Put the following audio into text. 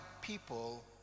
people